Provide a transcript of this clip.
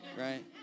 right